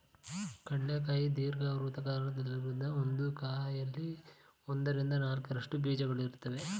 ಕಡ್ಲೆ ಕಾಯಿ ದೀರ್ಘವೃತ್ತಾಕಾರದಲ್ಲಿದ್ದು ಒಂದು ಕಾಯಲ್ಲಿ ಒಂದರಿಂದ ನಾಲ್ಕರಷ್ಟು ಬೀಜಗಳಿರುತ್ವೆ